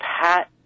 Pat